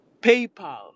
PayPal